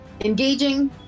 Engaging